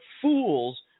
fools